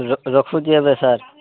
ରଖୁଛି ଏବେ ସାର୍